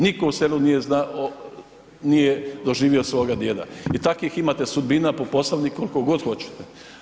Nitko u selu nije doživio svoga djeda i takvih imate sudbina po Posavini koliko god hoćete.